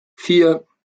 vier